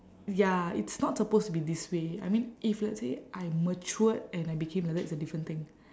ya it's not supposed to be this way I mean if let's say I matured and I became like that it's a different thing